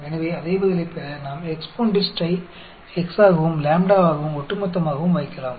எனவே அதே பதிலைப் பெற நாம் EXPONDIST ஐ x ஆகவும் லாம்ப்டாவாகவும் ஒட்டுமொத்தமாகவும் வைக்கலாம்